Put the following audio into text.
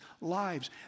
lives